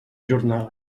jornal